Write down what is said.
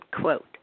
quote